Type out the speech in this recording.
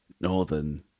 northern